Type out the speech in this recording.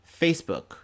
facebook